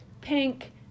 pink